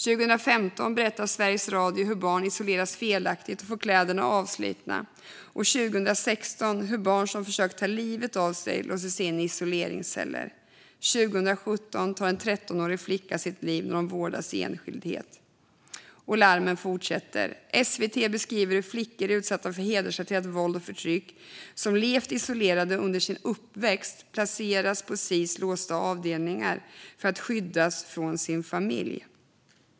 År 2015 berättar Sveriges Radio hur barn isoleras felaktigt och får kläderna avslitna, och 2016 hur barn som försökt ta livet av sig låses in i isoleringsceller. År 2017 tar en 13-årig flicka sitt liv när hon vårdas i enskildhet. Larmen fortsätter. SVT beskriver hur flickor utsatta för hedersrelaterat våld och förtryck som levt isolerade under sin uppväxt placeras på Sis låsta avdelningar för att skyddas från sin familj.